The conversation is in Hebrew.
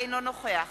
אינו נוכח